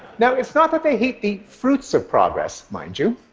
now, it's not that they hate the fruits of progress, mind you.